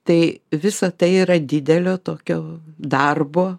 tai visa tai yra didelio tokio darbo